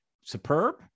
superb